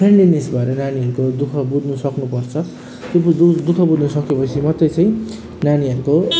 friendliness भएर नानीहरूको दुःख बुझ्नु सक्नु पर्छ दुःख बु दुःख बुझ्नु सके पछि मात्रै चाहिँ नानीहरूको